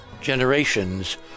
Generations